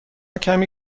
کمی